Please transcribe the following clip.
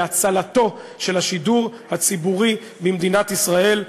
להצלתו של השידור הציבורי במדינת ישראל,